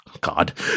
God